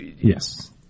Yes